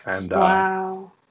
Wow